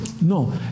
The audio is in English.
No